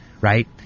Right